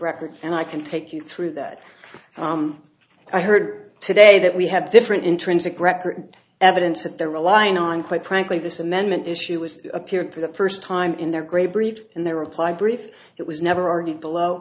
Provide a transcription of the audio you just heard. record and i can take you through that i heard today that we have different intrinsic record evidence that they're relying on quite frankly this amendment issue was appearing for the first time in their great brief in their reply brief it was never argued below